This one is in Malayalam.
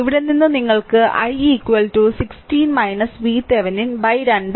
ഇവിടെ നിന്ന് നിങ്ങൾക്ക് i 16 VThevenin 2